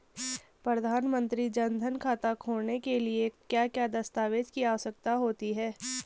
प्रधानमंत्री जन धन खाता खोलने के लिए क्या क्या दस्तावेज़ की आवश्यकता होती है?